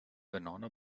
banana